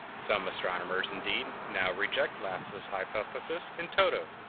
some astronomers, indeed, now reject laplace's hypothesis in toto,